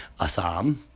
Assam